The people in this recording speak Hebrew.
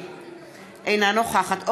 אינה נוכחת ציפי לבני,